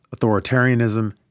authoritarianism